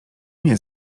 nie